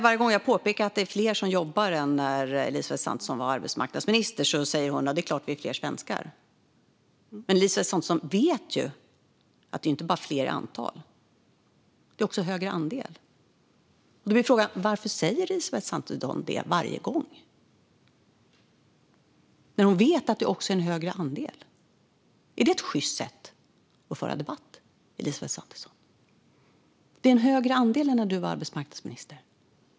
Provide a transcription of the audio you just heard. Varje gång jag påpekar att det är fler som jobbar än när Elisabeth Svantesson var arbetsmarknadsminister säger hon: Ja, det är klart. Vi är fler svenskar. Men Elisabeth Svantesson vet att det inte bara är fler i antal. Det är också en högre andel. Då blir frågan: Varför säger Elisabeth Svantesson detta varje gång när hon vet att det också är en högre andel? Är det ett sjyst sätt att föra debatt på, Elisabeth Svantesson? Det är en högre andel än när du var arbetsmarknadsminister.